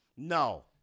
No